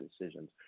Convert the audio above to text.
decisions